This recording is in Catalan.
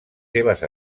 seves